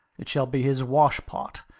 it shall be his wash-pot.